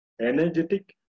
energetic